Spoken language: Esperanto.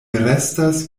restas